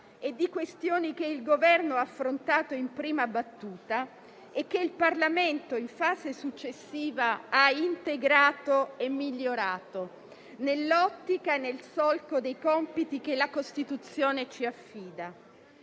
e di questioni che il Governo ha affrontato in prima battuta e che il Parlamento, in fase successiva, ha integrato e migliorato, nell'ottica e nel solco dei compiti che la Costituzione ci affida.